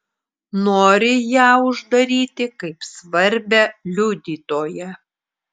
nori ją uždaryti kaip svarbią liudytoją